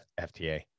FTA